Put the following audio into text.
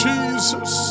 Jesus